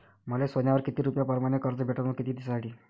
मले सोन्यावर किती रुपया परमाने कर्ज भेटन व किती दिसासाठी?